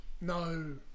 No